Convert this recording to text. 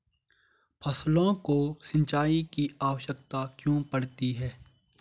फसलों को सिंचाई की आवश्यकता क्यों पड़ती है?